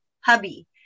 hubby